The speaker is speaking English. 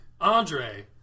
Andre